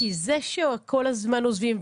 כי זה שכל הזמן עוזבים,